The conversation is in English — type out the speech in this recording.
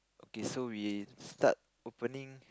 okay so we start opening